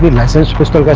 licensed pistol.